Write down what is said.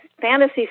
fantasy